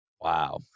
Wow